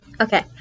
okay